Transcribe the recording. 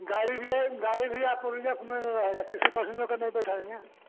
गाड़ी भैया गाड़ी भैया आपको में लेना होगा किसी पैसेंजर को नहीं बैठाएँगे